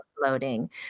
loading